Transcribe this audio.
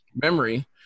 memory